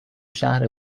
شهر